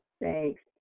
Thanks